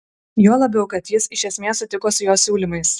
juo labiau kad jis iš esmės sutiko su jo siūlymais